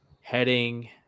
heading